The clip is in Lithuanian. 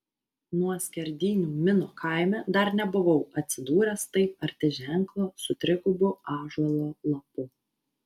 nuo skerdynių mino kaime dar nebuvau atsidūręs taip arti ženklo su trigubu ąžuolo lapu